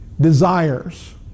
desires